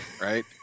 right